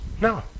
no